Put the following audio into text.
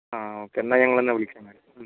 ആ ഓക്കേ എന്നാൽ ഞങ്ങൾ എന്നാൽ വിളിക്കാം ഞാൻ